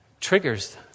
triggers